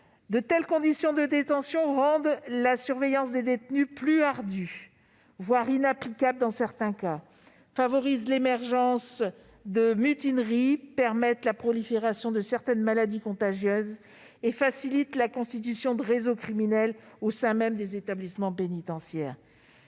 De telles conditions de détention rendent la surveillance des détenus plus ardue, voire inapplicable dans certains cas. Elles favorisent l'émergence de mutineries, permettent la prolifération de certaines maladies contagieuses et facilitent la constitution de réseaux criminels au sein même des établissements pénitentiaires.